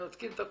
שלא יקטן.